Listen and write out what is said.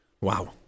Wow